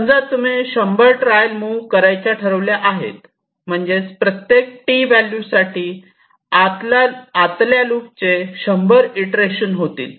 समजा तुम्ही 100 trial move करायच्या ठरवल्या म्हणजेच प्रत्येक T व्हॅल्यू साठी आतला लूपचे 100 इटरेशन होतील